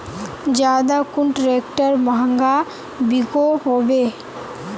ज्यादा कुन ट्रैक्टर महंगा बिको होबे?